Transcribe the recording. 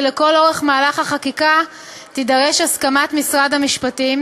כי לכל אורך מהלך החקיקה תידרש הסכמת משרד המשפטים,